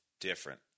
different